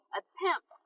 attempt